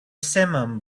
simum